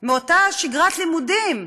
מאותה שגרת לימודים.